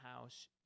house